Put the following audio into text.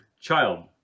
child